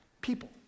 people